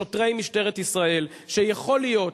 שוטרי משטרת ישראל שיכול להיות,